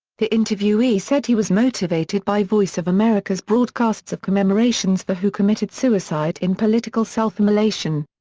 the interviewee said he was motivated by voice of america's broadcasts of commemorations for who committed suicide in political self-immolation.